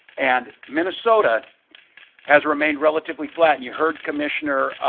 and minnesota has remained relatively flat. and you heard commissioner